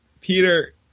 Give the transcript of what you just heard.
Peter